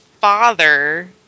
Father